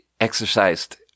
exercised